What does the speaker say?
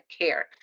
care